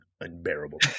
unbearable